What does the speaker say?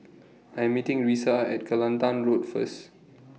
I Am meeting Risa At Kelantan Road First